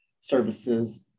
services